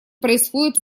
происходят